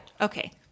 okay